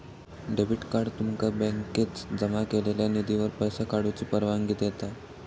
debit card तुमका बँकेत जमा केलेल्यो निधीवर पैसो काढूची परवानगी देता